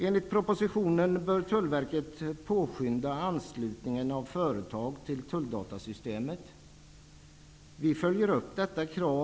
Enligt propositionen bör Tullverket påskynda anslutningen av företag till tulldatasystemet.